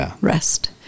rest